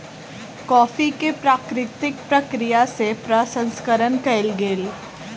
coffee के प्राकृतिक प्रक्रिया सँ प्रसंस्करण कयल गेल